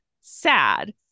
sad